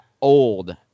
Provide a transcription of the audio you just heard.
old